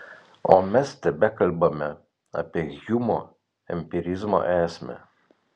o mes tebekalbame apie hjumo empirizmo esmę